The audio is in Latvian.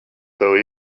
tev